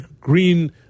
green